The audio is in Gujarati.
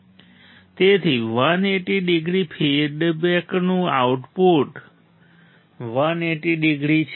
તેથી 180 ડિગ્રી ફીડબેકનું આઉટપુટ 180 ડિગ્રી છે